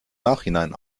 nachhinein